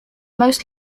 most